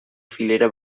filera